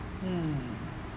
mm